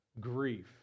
grief